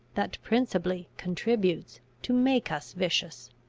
that principally contributes to make us vicious.